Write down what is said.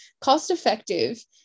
cost-effective